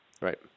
Right